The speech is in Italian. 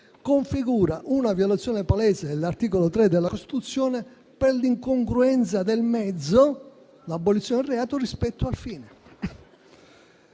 configura quindi una violazione palese dell'articolo 3 della Costituzione per l'incongruenza del mezzo (l'abolizione del reato) rispetto al fine.